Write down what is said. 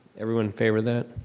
everyone favor that?